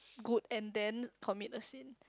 good and then commit a sin